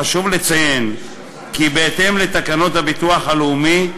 חשוב לציין כי בהתאם לתקנות הביטוח הלאומי,